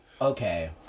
okay